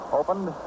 opened